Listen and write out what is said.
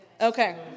Okay